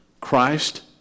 Christ